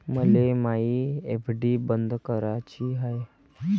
मले मायी एफ.डी बंद कराची हाय